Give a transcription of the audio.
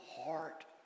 heart